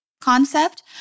concept